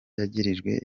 yagirijwe